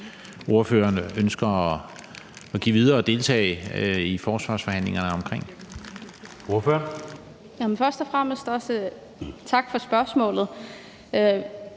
ordføreren ønsker at give videre og deltage i forsvarsforhandlingerne omkring?